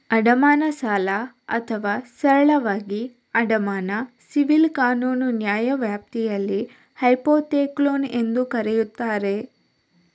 ಅಡಮಾನ ಸಾಲ ಅಥವಾ ಸರಳವಾಗಿ ಅಡಮಾನ ಸಿವಿಲ್ ಕಾನೂನು ನ್ಯಾಯವ್ಯಾಪ್ತಿಯಲ್ಲಿ ಹೈಪೋಥೆಕ್ಲೋನ್ ಎಂದೂ ಕರೆಯುತ್ತಾರೆ